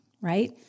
right